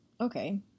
Okay